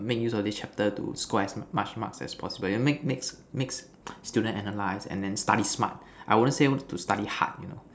make use of this chapter to score as much marks as possible make makes makes student analyse and then study smart I wouldn't say to study hard you know